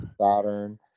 Saturn